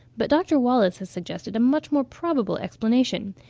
but dr. wallace has suggested a much more probable explanation.